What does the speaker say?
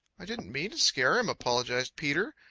i didn't mean to scare him, apologized peter.